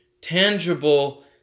tangible